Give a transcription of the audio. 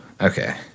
Okay